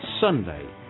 Sunday